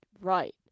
right